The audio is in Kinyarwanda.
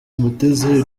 mutesi